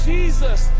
Jesus